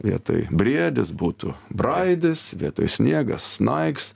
vietoj briedis būtų braidis vietoj sniegas snaigs